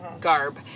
garb